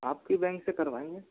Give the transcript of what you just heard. आपके बैंक से करवाएंगे